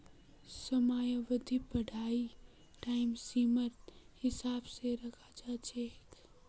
समयावधि पढ़ाईर टाइम सीमार हिसाब स रखाल जा छेक